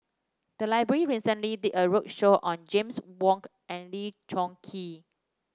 the library recently did a roadshow on James Wong and Lee Choon Kee